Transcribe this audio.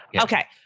Okay